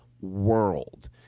world